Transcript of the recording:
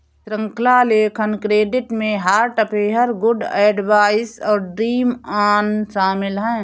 श्रृंखला लेखन क्रेडिट में हार्ट अफेयर, गुड एडवाइस और ड्रीम ऑन शामिल हैं